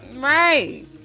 right